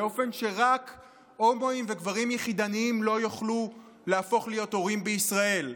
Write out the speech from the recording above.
באופן שרק הומואים וגברים יחידניים לא יוכלו להפוך להיות הורים בישראל.